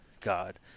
God